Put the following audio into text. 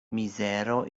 mizero